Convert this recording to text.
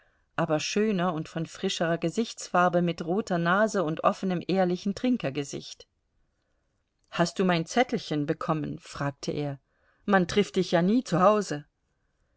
aber schöner und von frischerer gesichtsfarbe mit roter nase und offenem ehrlichem trinkergesicht hast du mein zettelchen bekommen fragte er man trifft dich ja nie zu hause